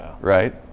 right